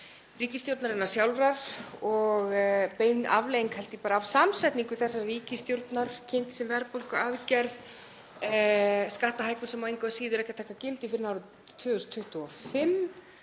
ríkisstjórnarinnar sjálfrar og bein afleiðing held ég bara af samsetningu þessarar ríkisstjórnar, kynnt sem verðbólguaðgerð. Skattahækkun sem á engu að síður ekki að taka gildi fyrr en árið 2025